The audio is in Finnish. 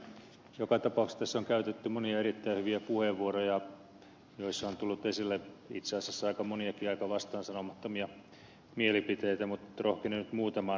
joka tapauksessa tässä on käytetty monia erittäin hyviä puheenvuoroja joissa on tullut esille itse asiassa aika moniakin aika vastaansanomattomia mielipiteitä mutta rohkenen nyt muutamaa kommentoida